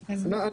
בודקים.